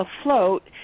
afloat